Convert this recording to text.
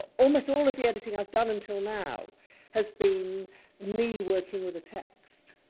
almost all of the editing i've done until now has been me working with the text.